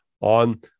on